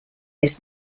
his